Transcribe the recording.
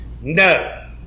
No